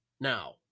now